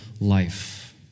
life